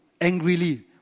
angrily